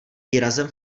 výrazem